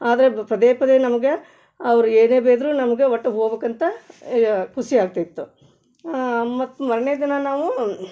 ಆದರೆ ಪದೇ ಪದೇ ನಮಗೆ ಅವ್ರು ಏನೇ ಬೈದ್ರೂ ನಮಗೆ ಒಟ್ಟು ಹೋಗಬೇಕಂತ ಖುಷಿಯಾಗ್ತಿತ್ತು ಮತ್ತು ಮರ್ನೆ ದಿನ ನಾವು